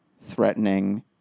threatening